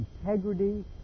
integrity